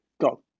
Go